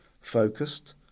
focused